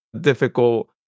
difficult